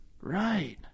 Right